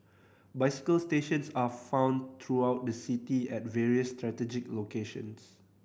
bicycle stations are found throughout the city at various strategic locations